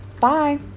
Bye